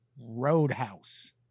roadhouse